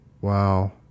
Wow